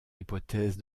hypothèse